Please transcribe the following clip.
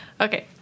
Okay